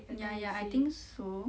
ya ya I think so